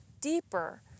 deeper